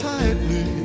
Tightly